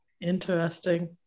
Interesting